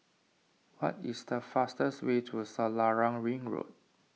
what is the fastest way to Selarang Ring Road